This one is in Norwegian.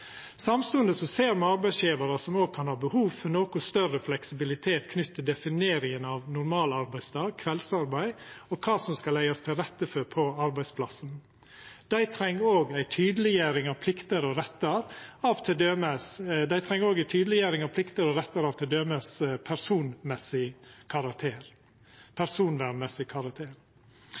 Samstundes ser me arbeidsgjevarar som òg kan ha behov for noko større fleksibilitet knytt til defineringa av normalarbeidsdag, kveldsarbeid og kva som skal leggjast til rette for på arbeidsplassen. Dei treng òg ei tydeleggjering av plikter og rettar av t.d. personvernmessig karakter. Det kan òg vera eit behov for å sjå på forenklingar og